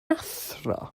athro